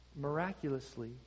miraculously